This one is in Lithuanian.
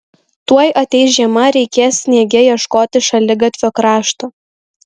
tuoj ateis žiema reikės sniege ieškoti šaligatvio krašto